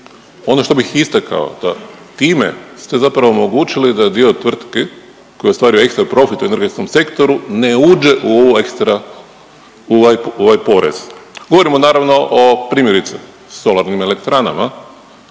Ono što bih istakao da time ste zapravo omogućili da dio tvrtki koje ostvaruju ekstraprofit u energetskom sektoru ne uđe u ekstra, u ovaj porez. Govorimo naravno o primjerice, solarnim elektranama,